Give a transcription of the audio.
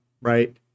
right